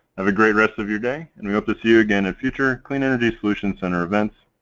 have a great rest of your day and we hope to see you again in future clean energy solutions center events.